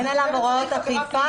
אין עליו הוראות אכיפה.